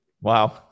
Wow